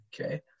Okay